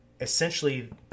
essentially